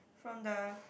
from the